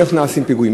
איך נעשים פיגועים.